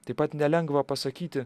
taip pat nelengva pasakyti